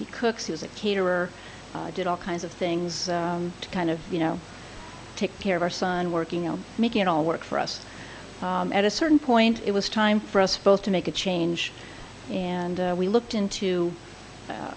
he cooks he was a caterer did all kinds of things to kind of you know take care of our son working on making it all work for us at a certain point it was time for us both to make a change and we looked into a